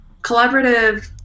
collaborative